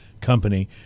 Company